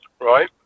Right